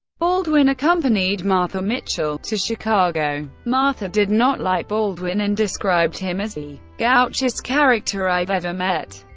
baldwin accompanied martha mitchell to chicago. martha did not like baldwin and described him as the gauchest character i've ever met.